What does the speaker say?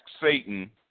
Satan